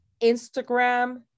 instagram